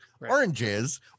oranges